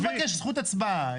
אני לא מבקש זכות הצבעה.